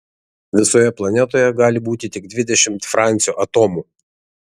visoje planetoje gali būti tik dvidešimt francio atomų